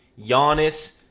Giannis